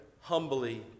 humbly